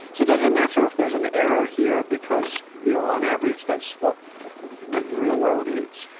so does it matter if there is an error here because you know on average that's what the real world is?